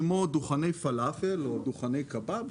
כמו דוכני פלאפל או דוכני קבב,